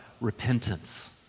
repentance